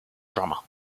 drummer